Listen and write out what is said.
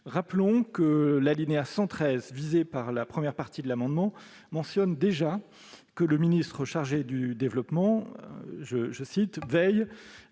Rappelons que l'alinéa 113, visé par la première partie de l'amendement, mentionne déjà que le ministre chargé du développement « veille